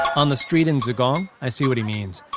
on the street in zigong, i see what he means.